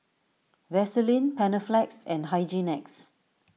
Vaselin Panaflex and Hygin X